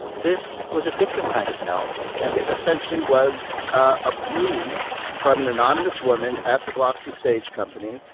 this was a different kind of note and it essentially was a plea from an anonymous woman at the gloucester stage company,